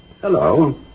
Hello